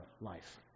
life